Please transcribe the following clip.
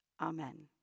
Amen